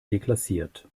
deklassiert